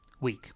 week